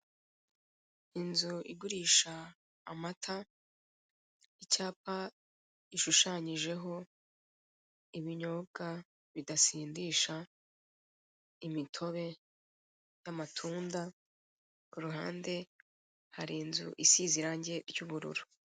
Inzu igurisha amata, icyapa ishushanyijeho, ibinyobwa bidasindisha, imitobe y'amatunda, ku ruhande hari inzu isize irangi ry'ubururu.